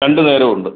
രണ്ട് നേരം ഉണ്ട്